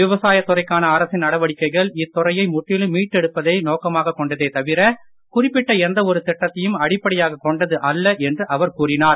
விவசாய துறைக்கான அரசின் நடவடிக்கைகள் இத்துறையை முற்றிலும் மீட்டெடுப்பதை நோக்கமாகக் கொண்டதே தவிர குறிப்பிட்ட எந்த ஒரு திட்டத்தையும் அடிப்படையாகக் கொண்டது அல்ல என்று அஅர் கூறினார்